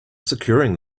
securing